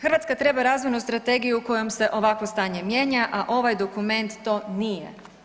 Hrvatska treba razvojnu strategiju kojom se ovakvo stanje mijenja, a ovaj dokument to nije.